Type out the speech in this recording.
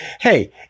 hey